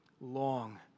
long